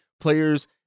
players